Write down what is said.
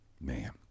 Man